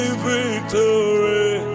victory